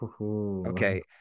okay